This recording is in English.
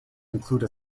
include